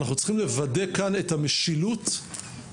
אבל אנחנו צריכים לוודא כאן את המשילות ואת